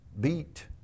beat